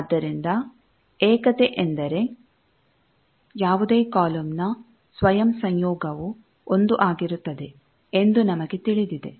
ಆದ್ದರಿಂದ ಏಕತೆ ಎಂದರೆ ಯಾವುದೇ ಕಾಲಮ್ನ ಸ್ವಯಂ ಸಂಯೋಗವು 1 ಆಗಿರುತ್ತದೆ ಎಂದು ನಮಗೆ ತಿಳಿದಿದೆ